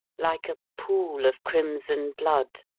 like a pool of crimson blood,